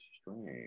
strange